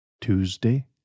Tuesday